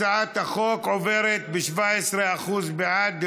הצעת החוק עוברת ב-17% מצביעים בעד,